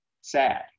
sad